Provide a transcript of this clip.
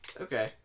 Okay